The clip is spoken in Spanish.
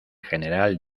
general